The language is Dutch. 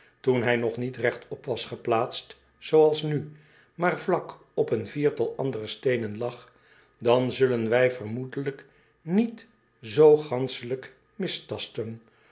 toen hij nog niet regtop was geplaatst zooals nu maar vlak op een viertal andere steenen lag dan zullen wij vermoedelijk niet z ganschelijk mistasten